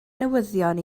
newyddion